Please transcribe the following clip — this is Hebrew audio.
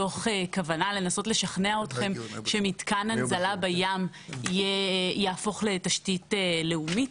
מתוך כוונה לנסות לשכנע אתכם שמתקן הצלה בים יהפוך לתשתית לאומית.